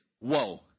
whoa